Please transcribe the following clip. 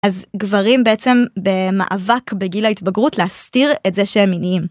אז גברים בעצם במאבק בגיל ההתבגרות להסתיר את זה שהם מיניים.